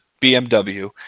BMW